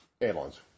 Airlines